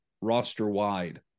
roster-wide